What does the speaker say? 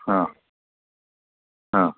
हां हां